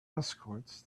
escorts